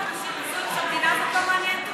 יושבים פה אנשים הזויים שהמדינה הזאת לא מעניינת אותם.